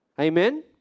Amen